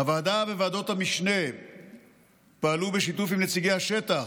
הוועדה וועדות המשנה פעלו בשיתוף עם נציגי השטח,